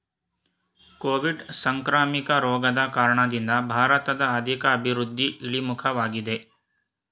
Covid ಸಾಂಕ್ರಾಮಿಕ ರೋಗದ ಕಾರಣದಿಂದ ಭಾರತದ ಆರ್ಥಿಕ ಅಭಿವೃದ್ಧಿ ಇಳಿಮುಖವಾಗಿದೆ